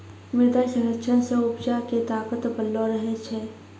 मृदा संरक्षण से उपजा के ताकत बनलो रहै छै